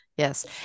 Yes